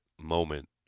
moment